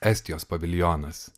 estijos paviljonas